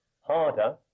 harder